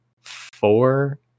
four